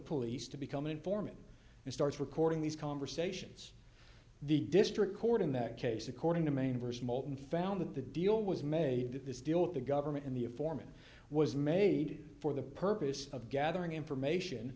police to become an informant and starts recording these conversations the district court in that case according to maine version moulton found that the deal was made this deal with the government and the informant was made for the purpose of gathering information